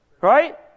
right